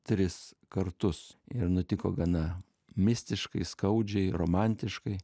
tris kartus ir nutiko gana mistiškai skaudžiai romantiškai